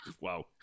Wow